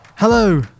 Hello